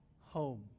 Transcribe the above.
home